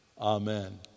Amen